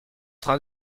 train